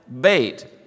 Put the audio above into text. bait